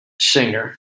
singer